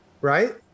right